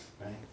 right